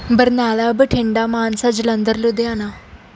Barnala Bathinda Mansa Jalandhar Ludhiana